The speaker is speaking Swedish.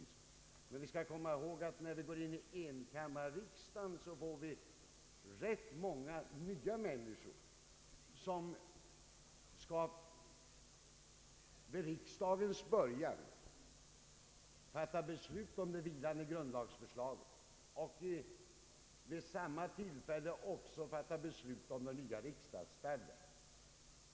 Men vi skall komma ihåg att när enkammarriksdagen börjar får vi rätt många nya ledamöter som vid riksdagens början skall fatta beslut om det vilande grundlagsförslaget och vid samma tillfälle fatta beslut om den nya riksdagsstadgan.